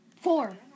four